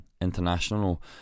International